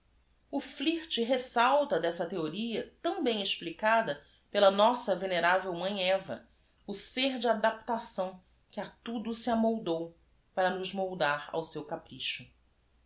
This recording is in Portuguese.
e o r i a tão bem explicada pela nossa veneravelmãe va o ser de adapção que a tudo se amoldou pai a nos moldar ao seu capricho